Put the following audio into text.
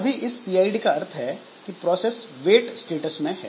अभी इस पीआईडी का अर्थ है कि प्रोसेस वेट स्टेटस में है